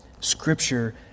scripture